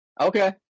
okay